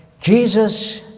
Jesus